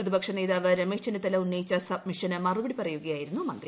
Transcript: പ്രതിപക്ഷനേതാവ് രമേശ് ചെന്നിത്തല ഉന്നയിച്ച സബ്മിഷന് മറുപടി പറയുകയായിരുന്നു മന്ത്രി